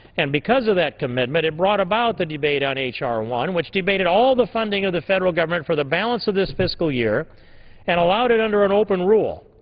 and because of that commitment it brought about the debate on h r. one which debated all the funding of the federal government for the balance of this fiscal year and allowed it under an open rule.